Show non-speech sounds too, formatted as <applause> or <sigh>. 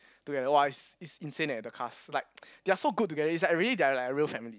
together !wah! it's it's insane eh the cast like <noise> they are so good together it's like really they're like a real family